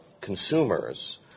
consumers